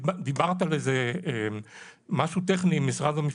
דיברת על איזה משהו טכני עם משרד המשפטים.